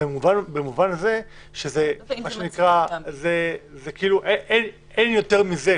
במובן מה שנקרא שאין יותר מזה,